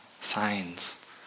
signs